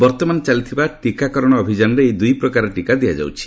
ବର୍ତ୍ତମାନ ଚାଲିଥିବା ଟିକାକରଣ ଅଭିଯାନରେ ଏହି ଦୁଇ ପ୍ରକାର ଟିକା ଦିଆଯାଉଛି